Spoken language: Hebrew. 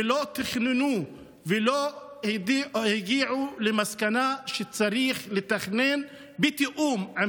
ולא תכננו ולא הגיעו למסקנה שצריך לתכנן בתיאום עם